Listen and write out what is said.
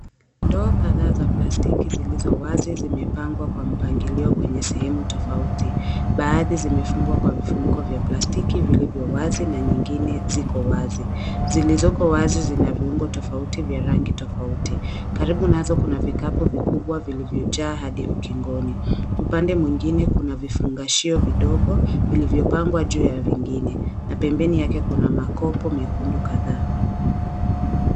Ndoo kadha za plastiki zilizo wazi zimepangwa kwa mpangilio kwenye sehemu tofauti. Baadhi zimefungwa kwa vifuniko vya plastiki vilivyo wazi na nyingine ziko wazi. Zilizoko wazi zina viungo tofauti vya rangi tofauti. Karibu unaweza kuna vikapu vikubwa vilivyojaa hadi ukingoni. Upande mwingine kuna vifungashio vidogo vilivyopangwa juu ya vingine. Na pembeni yake kuna makopo mekundu kadhaa.